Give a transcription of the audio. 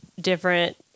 different